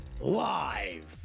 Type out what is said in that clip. live